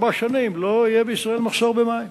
ארבע שנים לא יהיה בישראל מחסור במים.